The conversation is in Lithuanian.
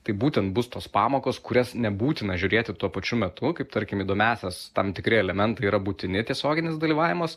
tai būtent bus tos pamokos kurias nebūtina žiūrėti tuo pačiu metu kaip tarkim įdomiąsias tam tikri elementai yra būtini tiesioginis dalyvavimas